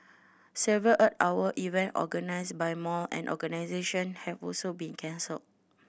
several Earth Hour event organised by mall and organisation have also been cancelle